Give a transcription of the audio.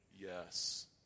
yes